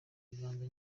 biganza